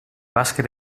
bàsquet